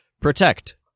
Protect